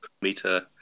meter